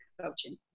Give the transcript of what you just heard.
coaching